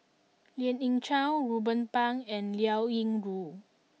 Lien Ying Chow Ruben Pang and Liao Yingru